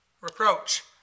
reproach